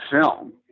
film